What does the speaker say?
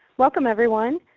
welcome, everyone,